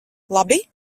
labi